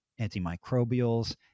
antimicrobials